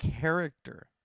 character